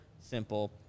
simple